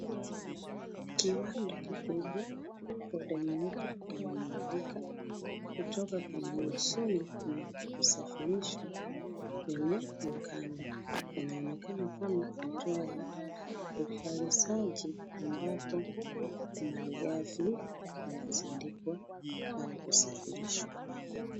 Kiwanda kikubwa. Poda nyeupe, imemwagika kutoka kwenye mashine na kusafirishwa kwenye mkanda unaonekana kama hatua ya uzalishaji ambapo malighafi yanasindikwa au kusafirishwa.